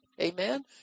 Amen